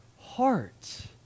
heart